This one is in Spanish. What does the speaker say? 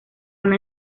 una